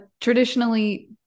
Traditionally